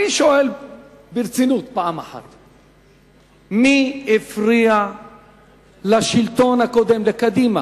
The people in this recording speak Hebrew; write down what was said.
אני שואל ברצינות, מי הפריע לשלטון הקודם, לקדימה,